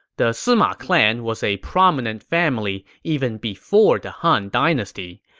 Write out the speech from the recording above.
the sima clan was a prominent family even before the han dynasty.